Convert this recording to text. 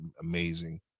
amazing